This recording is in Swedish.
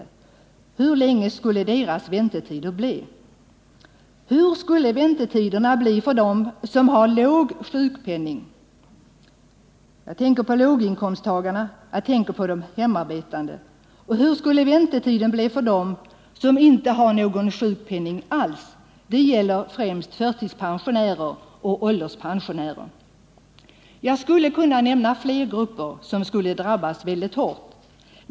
Hur långa skulle deras väntetider bli? Hur långa skulle väntetiderna bli för dem som har låg sjukpenning? Jag tänker då på låginkomsttagarna och på de hemarbetande. Och hur långa skulle väntetiderna bli för dem som inte har någon sjukpenning alls? Det gäller främst förtidspensionärer och ålderspensionärer. Jag skulle kunna nämna många fler grupper som skulle drabbas väldigt hårt.